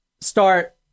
start